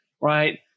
Right